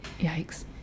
yikes